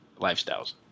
lifestyles